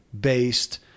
based